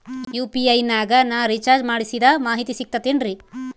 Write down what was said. UPI ನಾಗ ನಾ recharge ಮಾಡಿಸಿದ ಮಾಹಿತಿ ಸಿಕ್ತದೆ ಏನ್ರಿ?